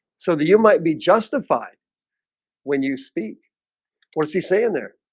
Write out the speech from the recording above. so that you might be justified when you speak what is he saying there?